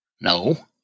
No